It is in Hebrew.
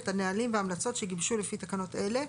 את הנהלים וההמלצות שגיבשו לפי תקנות אלה,